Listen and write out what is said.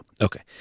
Okay